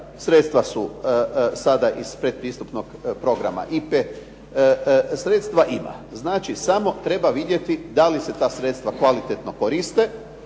sredstva su sada iz predpristopnog programa IPA-e. Sredstva ima, znači samo treba vidjeti da li se ta sredstva kvalitetno koriste,